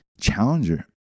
Challenger